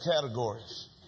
categories